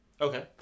Okay